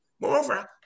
moreover